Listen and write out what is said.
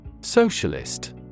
Socialist